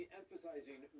emphasizing